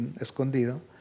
Escondido